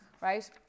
right